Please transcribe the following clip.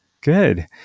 good